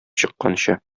чыкканчы